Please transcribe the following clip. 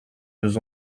nous